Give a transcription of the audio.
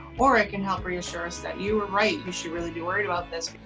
or it can help reassure us that you were right you should really be worried about this.